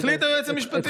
החליט היועץ המשפטי.